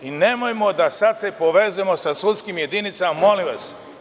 Nemojmo da se sad povezujemo sa sudskim jedinicama, molim vas.